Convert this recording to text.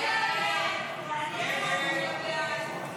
הסתייגות 9 לא נתקבלה.